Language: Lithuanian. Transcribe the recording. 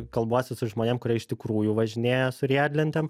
kalbuosi su žmonėm kurie iš tikrųjų važinėja su riedlentėm